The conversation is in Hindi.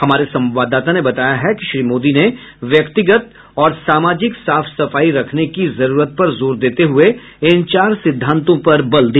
हमारे संवाददाता ने बताया है कि श्री मोदी ने व्यक्तिगत और सामाजिक साफ सफाई रखने की जरूरत पर जोर देते हुए इन चार सिद्धांतों पर बल दिया